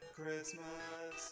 Christmas